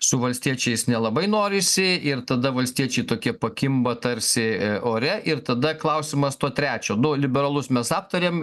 su valstiečiais nelabai norisi ir tada valstiečiai tokie pakimba tarsi ore ir tada klausimas to trečio nu liberalus mes aptarėm